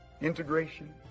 integration